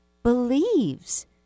believes